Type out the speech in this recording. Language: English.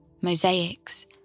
mosaics